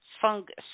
fungus